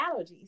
allergies